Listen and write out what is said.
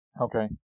Okay